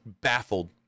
baffled